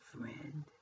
friend